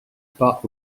pas